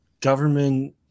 government